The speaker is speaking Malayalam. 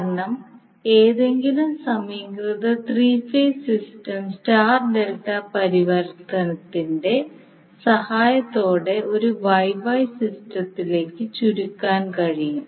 കാരണം ഏതെങ്കിലും സമീകൃത three phase system star delta പരിവർത്തനത്തിന്റെ സഹായത്തോടെ ഒരു YY സിസ്റ്റത്തിലേക്ക് ചുരുക്കാൻ കഴിയും